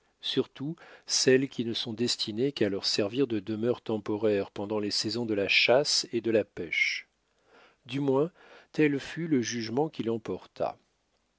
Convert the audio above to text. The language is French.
surtout celles qui ne sont destinées qu'à leur servir de demeure temporaire pendant les saisons de la chasse et de la pêche du moins tel fut le jugement qu'il en